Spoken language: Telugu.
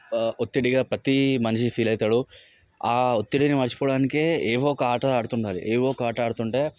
ఒత్తిడిగా ప్రతి మనిషి ఫీల్ అవుతాడు ఆ ఒత్తిడిని మరిచిపోవడానికి ఏదో ఒక ఆటలు ఆడుతు ఉండాలి ఏదో ఒక ఆట ఆడుతుంటే